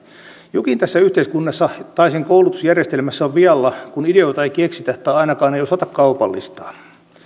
jokin tässä yhteiskunnassa tai sen koulutusjärjestelmässä on vialla kun ideoita ei keksitä tai ainakaan ei osata kaupallistaa